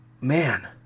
Man